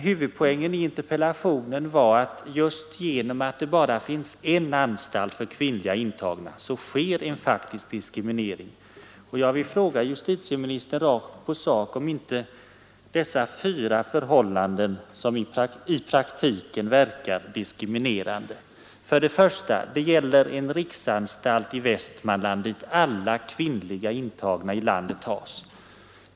Huvudpoängen i interpellationen var att just genom att det bara finns en anstalt för kvinnliga intagna så sker en faktisk diskriminering. Jag vill fråga justitieministern rakt på sak om inte dessa fyra förhållanden i praktiken verkar diskriminerande: 1. Det gäller en riksanstalt i Västmanland, dit alla kvinnliga intagna i landet förs.